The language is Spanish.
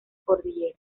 cordillera